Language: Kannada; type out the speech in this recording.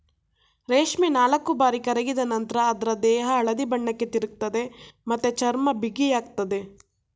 ರೇಷ್ಮೆ ನಾಲ್ಕುಬಾರಿ ಕರಗಿದ ನಂತ್ರ ಅದ್ರ ದೇಹ ಹಳದಿ ಬಣ್ಣಕ್ಕೆ ತಿರುಗ್ತದೆ ಮತ್ತೆ ಚರ್ಮ ಬಿಗಿಯಾಗ್ತದೆ